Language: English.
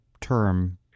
term